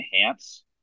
enhance